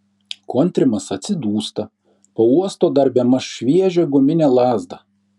kontrimas atsidūsta pauosto dar bemaž šviežią guminę lazdą